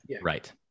right